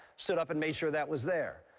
stood up and made sure that was there.